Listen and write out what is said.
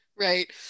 Right